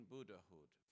Buddhahood